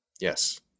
Yes